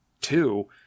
two